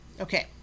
Okay